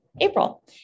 April